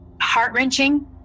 heart-wrenching